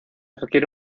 requiere